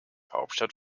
hauptstadt